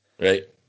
right